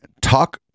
talk